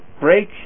break